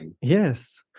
Yes